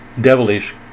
Devilish